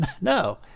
No